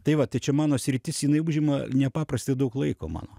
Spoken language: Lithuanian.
tai va tai čia mano sritis jinai užima nepaprastai daug laiko mano